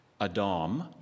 Adam